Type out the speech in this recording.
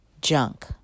junk